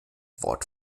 wort